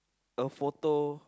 the photo